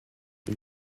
une